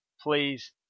please